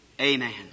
Amen